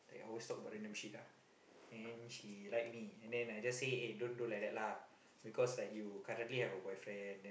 always talk about random shit ah then she like me and then I just say eh don't don't like that lah because like you currently have a boyfriend then